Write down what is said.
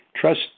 Trust